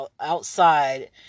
outside